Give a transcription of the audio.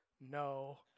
no